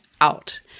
out